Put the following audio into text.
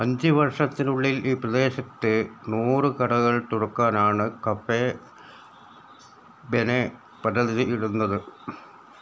അഞ്ച് വർഷത്തിനുള്ളിൽ ഈ പ്രദേശത്ത് നൂറ് കടകൾ തുറക്കാനാണ് കഫേ ബെനെ പദ്ധതിയിടുന്നത്